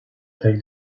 take